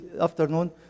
afternoon